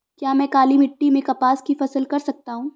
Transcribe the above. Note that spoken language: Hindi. क्या मैं काली मिट्टी में कपास की फसल कर सकता हूँ?